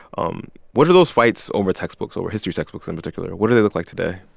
um what are those fights over textbooks over history textbooks, in particular what do they look like today?